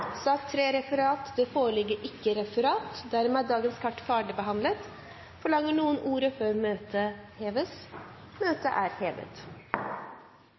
Det foreligger ikke noe referat. Dermed er sakene på dagens kart ferdigbehandlet. Forlanger noen ordet før møte heves? – Møtet er hevet.